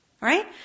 Right